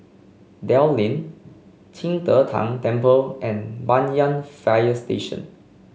Dell Lane Qing De Tang Temple and Banyan Fire Station